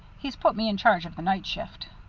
he's put me in charge of the night shift.